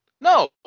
No